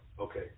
Okay